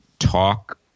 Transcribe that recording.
talk